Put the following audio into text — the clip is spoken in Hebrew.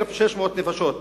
1,600 נפשות,